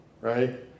right